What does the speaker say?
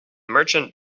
merchant